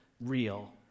real